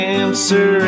answer